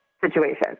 situation